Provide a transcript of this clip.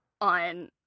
on